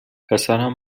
پسرم